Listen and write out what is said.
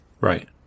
Right